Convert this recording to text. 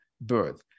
birth